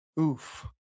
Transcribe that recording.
Oof